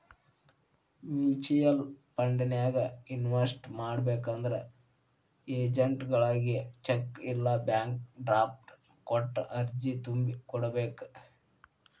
mutual ಫಂಡನ್ಯಾಗ invest ಮಾಡ್ಬೇಕಂದ್ರ ಏಜೆಂಟ್ಗಳಗಿ ಚೆಕ್ ಇಲ್ಲಾ ಬ್ಯಾಂಕ್ ಡ್ರಾಫ್ಟ್ ಕೊಟ್ಟ ಅರ್ಜಿ ತುಂಬಿ ಕೋಡ್ಬೇಕ್